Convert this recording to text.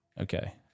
Okay